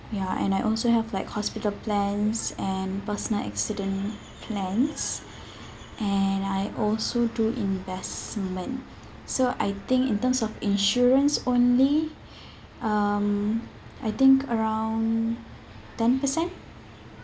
ya and I also have like hospital plans and personal accident plans and I also do investment so I think in terms of insurance only um I think around ten percent